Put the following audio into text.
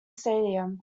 stadium